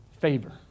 favor